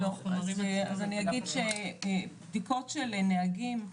אז אני אגיד שבדיקות של נהגים,